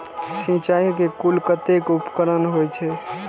सिंचाई के कुल कतेक उपकरण होई छै?